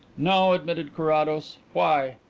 no, admitted carrados. why?